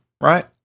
right